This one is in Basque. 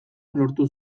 lortu